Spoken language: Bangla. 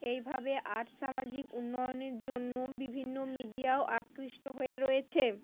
এইভাবে আর্ট সামাজিক উন্নয়নের জন্য বিভিন্ন মিডিয়াও আকৃষ্ট হয়ে রয়েছে